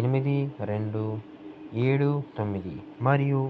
ఎనిమిది రెండు ఏడు తొమ్మిది మరియు